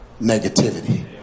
negativity